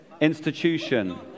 Institution